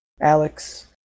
Alex